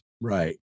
Right